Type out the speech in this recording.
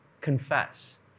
confess